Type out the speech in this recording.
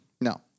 no